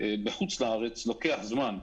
בחוץ לארץ לוקח זמן,